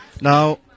Now